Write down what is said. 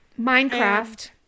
Minecraft